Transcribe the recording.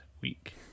week